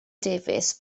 davies